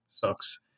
sucks